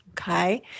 Okay